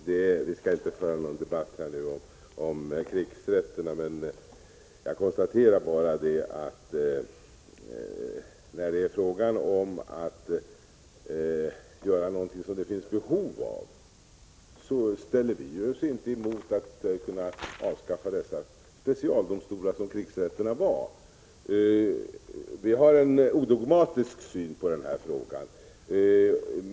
Herr talman! Jag skall inte föra någon debatt om krigsrätterna. Jag kan bara konstatera att när det gäller att göra någonting som det finns behov av motsätter vi oss inte att avskaffa dessa specialdomstolar som krigsrätterna var. Vi har en odogmatisk syn på frågan.